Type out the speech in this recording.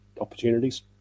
opportunities